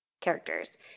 characters